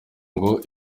ngo